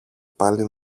πάλι